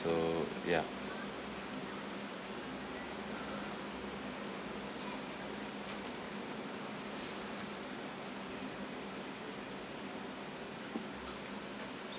so ya